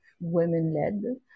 women-led